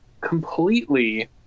completely